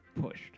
pushed